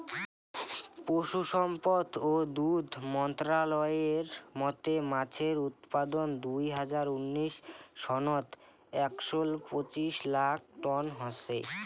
পশুসম্পদ ও দুধ মন্ত্রালয়ের মতে মাছের উৎপাদন দুই হাজার উনিশ সনত একশ পঁচিশ লাখ টন হসে